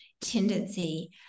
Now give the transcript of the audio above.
tendency